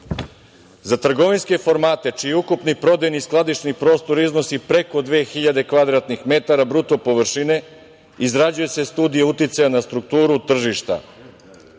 za trgovinske formate čiji ukupni prodajni i skladišni prostor iznosi preko 2.000 kvadratnih metara bruto površine izrađuje se studija uticaja na strukturu tržišta.